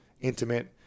intimate